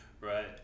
Right